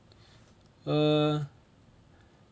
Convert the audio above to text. err